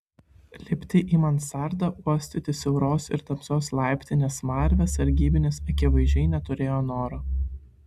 lipti į mansardą uostyti siauros ir tamsios laiptinės smarvę sargybinis akivaizdžiai neturėjo noro